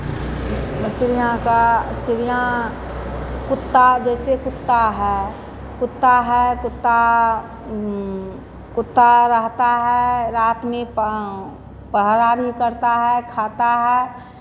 तो चिड़ियाँ का चिड़ियाँ कुत्ता जैसे कुत्ता है कुत्ता है कुत्ता कुत्ता रहता है रात में पां पहरा भी करता है खाता है